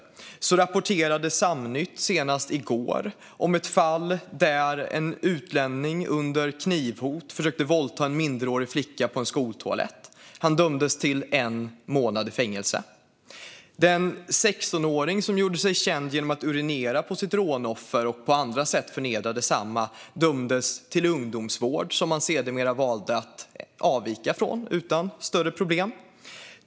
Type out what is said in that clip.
Samnytt rapporterade senast i går om ett fall där en utlänning under knivhot försökte våldta en minderårig flicka på en skoltoalett. Han dömdes till en månad i fängelse. Den 16-åring som gjorde sig känd genom att urinera på sitt rånoffer och på andra sätt förnedra detsamma dömdes till ungdomsvård, som han sedermera valde att avvika från utan större problem.